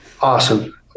Awesome